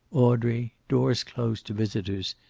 audrey, doors closed to visitors,